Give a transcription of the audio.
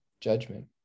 judgment